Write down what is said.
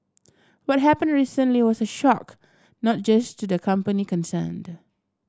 what happen recently was a shock not just to the company concerned